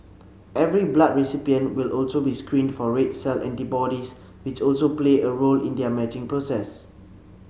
every blood recipient will also be screened for red cell antibodies which also play a role in their matching process